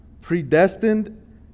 predestined